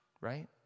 Right